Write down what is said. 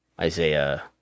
Isaiah